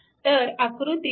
तर आकृती 3